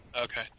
Okay